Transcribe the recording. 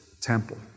temple